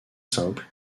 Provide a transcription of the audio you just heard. simple